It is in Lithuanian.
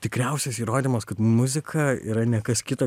tikriausias įrodymas kad muzika yra ne kas kita